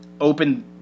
open